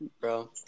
bro